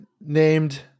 named